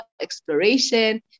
exploration